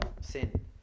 sin